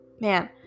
Man